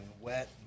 wet